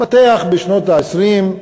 התפתח בשנות ה-20,